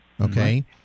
okay